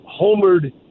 homered